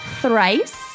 thrice